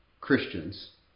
Christians